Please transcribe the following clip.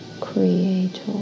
Creator